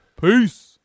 peace